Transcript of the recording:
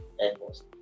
airports